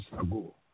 ago